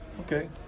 Okay